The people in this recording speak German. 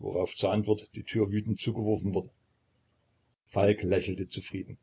worauf zur antwort die tür wütend zugeworfen wurde falk lächelte zufrieden